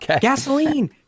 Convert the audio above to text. gasoline